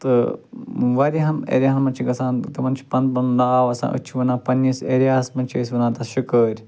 تہٕ واریاہن ایریاہن منٛز چھِ گژھان تِمن چھُ پنُن پنُن ناو آسان أتھۍ چھِ ونان پنٛنِس ایریاہس منٛز چھِ أسۍ ونان تتھ شُکٲرۍ